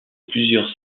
plusieurs